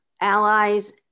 allies